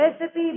recipe